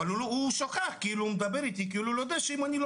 אבל שכח שהוא מדבר אתי ואני יודע שאם אני לא